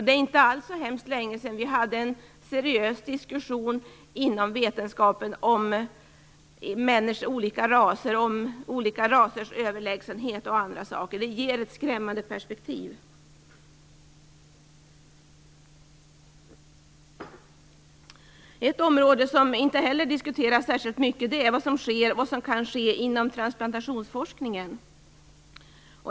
Det är inte alls så väldigt längesedan som det fördes en seriös diskussion inom vetenskapen om människors raser, om olika rasers överlägsenhet och annat. Det ger ett skrämmande perspektiv. Ett område som inte heller diskuteras särskilt mycket är vad som sker och vad som kan ske inom transplantationsforskningen.